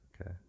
Okay